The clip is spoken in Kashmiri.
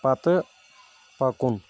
پتہٕ پَکُن